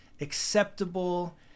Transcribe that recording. acceptable